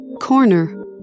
corner